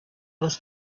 was